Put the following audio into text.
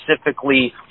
specifically